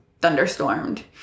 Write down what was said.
thunderstormed